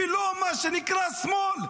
ולא ממה שנקרא שמאל,